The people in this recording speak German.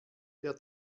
der